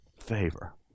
favor